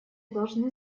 должны